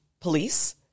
Police